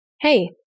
Hey